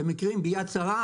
אתם מכירים ב'יד שרה',